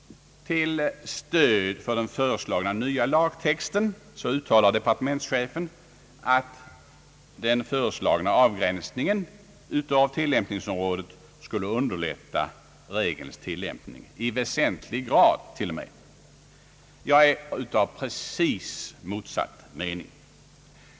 Till stöd för den föreslagna nya lagtexten uttalar departementschefen att den föreslagna avgränsningen av tilllämpningsområdet skulle »i väsentlig grad» underlätta regelns tillämpning. Jag är av precis motsatt mening.